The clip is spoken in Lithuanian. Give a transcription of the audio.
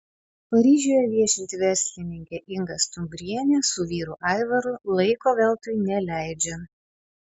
paryžiuje viešinti verslininkė inga stumbrienė su vyru aivaru laiko veltui neleidžia